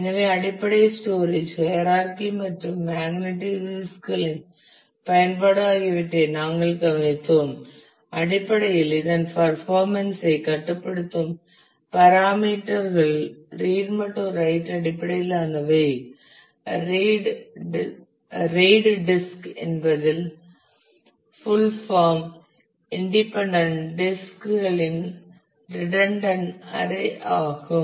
எனவே அடிப்படை storage hierarchy மற்றும் மேக்னடிக் டிஸ்க் களின் பயன்பாடு ஆகியவற்றை நாங்கள் கவனித்தோம் அடிப்படையில் இதன் பர்பாமன்ஸ் ஐ கட்டுப்படுத்தும் பராமீட்டர்கள் ரீட் மற்றும் ரைட் அடிப்படையிலானவை RAID டிஸ்க் என்பதின் ஃபுல் ஃபார்ம் இண்டிபெண்டன்ட் டிஸ்க் களின் ரிடன்டன்ட் அரை ஆகும்